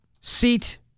seat